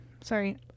sorry